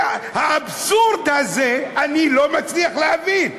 האבסורד הזה, אני לא מצליח להבין.